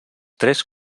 tres